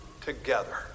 together